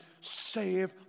save